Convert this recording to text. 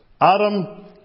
Adam